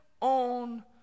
on